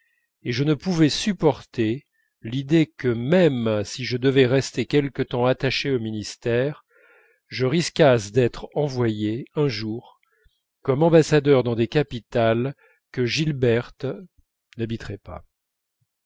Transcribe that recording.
et je ne pouvais supporter l'idée que même si je devais rester quelque temps attaché au ministère je risquasse d'être envoyé un jour comme ambassadeur dans des capitales que gilberte n'habiterait pas